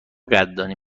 قدردانی